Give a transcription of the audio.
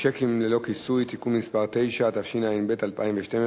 שיקים ללא כיסוי (תיקון מס' 9), התשע"ב 2012,